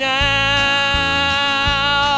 now